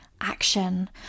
action